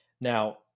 Now